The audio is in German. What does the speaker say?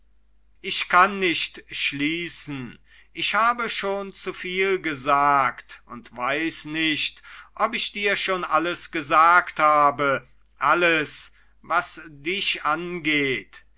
ich kann nicht schließen ich habe schon zu viel gesagt und weiß nicht ob ich dir schon alles gesagt habe alles was dich angeht